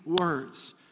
words